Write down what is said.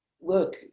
look